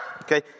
Okay